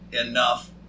enough